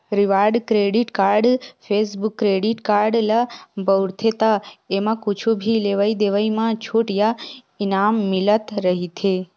reward credit card, cashback credit card ल बउरबे त एमा कुछु भी लेवइ देवइ म छूट या इनाम मिलत रहिथे